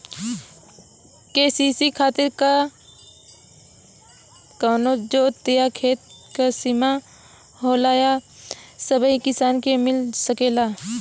KCC खातिर का कवनो जोत या खेत क सिमा होला या सबही किसान के मिल सकेला?